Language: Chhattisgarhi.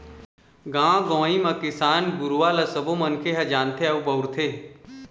गाँव गंवई म किसान गुरूवा ल सबो मनखे ह जानथे अउ बउरथे